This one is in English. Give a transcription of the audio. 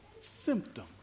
symptom